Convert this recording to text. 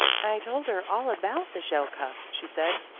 i told her all about the shelcuff, she said,